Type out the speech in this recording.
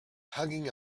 hugging